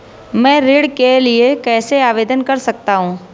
मैं ऋण के लिए कैसे आवेदन कर सकता हूं?